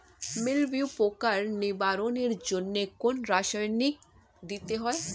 মিলভিউ পোকার নিবারণের জন্য কোন রাসায়নিক দিতে হয়?